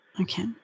Okay